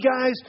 guys